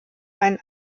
einen